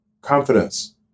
confidence